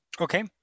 Okay